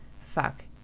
fuck